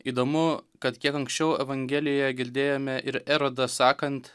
įdomu kad kiek anksčiau evangelijoje girdėjome ir erodą sakant